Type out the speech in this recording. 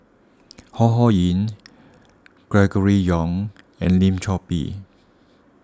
Ho Ho Ying Gregory Yong and Lim Chor Pee